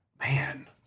man